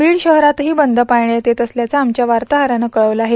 बीड शहरातही बंद पाळण्यात येत असल्याच आमध्या वार्ताहरान कळवलं आहे